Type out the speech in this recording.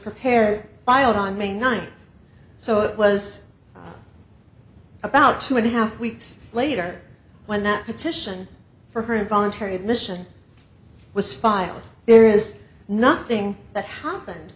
prepared filed on may ninth so it was about two and a half weeks later when that petition for her voluntary admission was filed there is nothing that happened